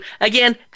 Again